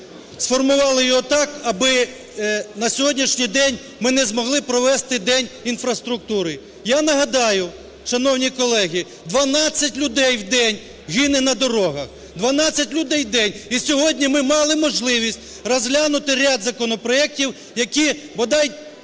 сформували його так, аби на сьогоднішній день ми не змогли провести день інфраструктури. Я нагадаю, шановні колеги, 12 людей в день гине на дорогах, 12 людей в день і сьогодні ми мали можливість розглянути ряд законопроектів, які бодай